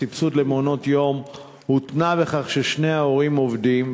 הסבסוד למעונות-יום הותנה בכך ששני ההורים עובדים,